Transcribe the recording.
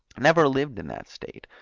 never lived in that state,